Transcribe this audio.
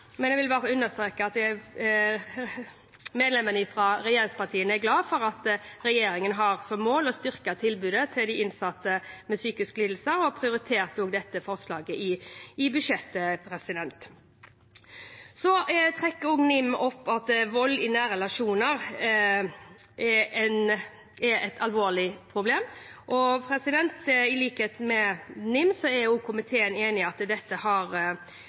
men jeg vil bare understreke at medlemmene fra regjeringspartiene er glad for at regjeringen har som mål å styrke tilbudet til innsatte med psykiske lidelser, og også har prioritert dette i budsjettet. NIM trekker også opp at vold i nære relasjoner er et alvorlig problem. I likhet med NIM er komiteen enig i at dette er et alvorlig samfunnsproblem, det er grov kriminalitet, og det har